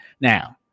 Now